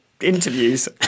interviews